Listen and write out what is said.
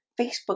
Facebook